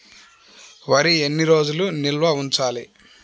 వరి ఎన్ని రోజులు నిల్వ ఉంచాలి?